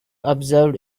observed